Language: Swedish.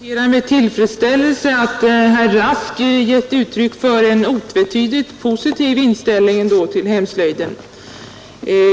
Herr talman! Jag noterar med tillfredsställelse att herr Rask givit uttryck för en otvetydigt positiv inställning till hemslöjden.